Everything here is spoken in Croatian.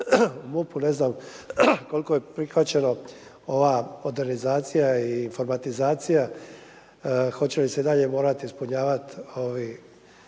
MUP-u, ne znam koliko je prihvaćeno ova modernizacija i formatizacija hoće li se i dalje morati ispunjavati neki